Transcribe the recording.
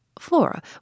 Flora